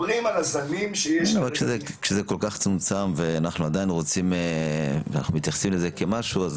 אבל כשזה כל כך צומצם ואנחנו מתייחסים לזה כמשהו.